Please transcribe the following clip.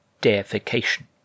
deification